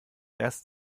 erst